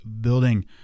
Building